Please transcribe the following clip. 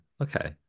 Okay